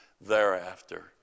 thereafter